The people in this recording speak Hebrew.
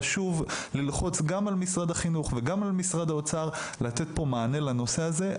חשוב ללחוץ גם על משרד החינוך וגם על משרד האוצר לתת פה מענה לנושא הזה.